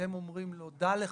אתם אומרים לו: דע לך,